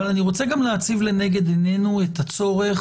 אבל אני רוצה גם להציב לנגד עינינו את הצורך